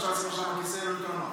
אפשר לשים שם כיסא על הבמה.